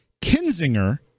Kinzinger